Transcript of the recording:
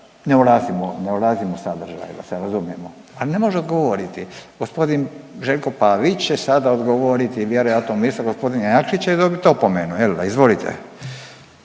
ne ulazim u sadržaj da se razumijemo, a ne može odgovoriti. Gospodin Željko Pavić će sada odgovoriti vjerojatno umjesto g. Jakšića i dobit opomenu jel da, izvolite.